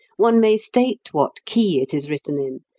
one may state what key it is written in,